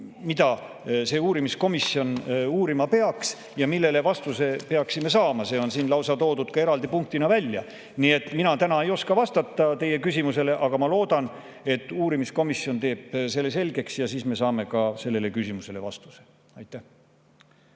mida see uurimiskomisjon uurima peaks ja millele me peaksime vastuse saama. See on toodud siin lausa eraldi punktina välja. Mina täna ei oska vastata teie küsimusele, aga ma loodan, et uurimiskomisjon teeb selle selgeks ja siis me saame ka sellele küsimusele vastuse. Anti